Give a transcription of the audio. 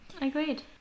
agreed